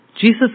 Jesus